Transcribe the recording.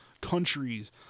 countries